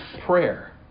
prayer